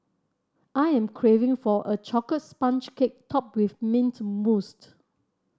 I am craving for a chocolate sponge cake topped with mint mousse